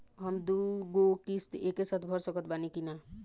हम दु गो किश्त एके साथ भर सकत बानी की ना?